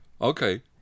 Okay